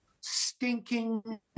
stinking